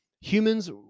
Humans